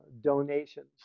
donations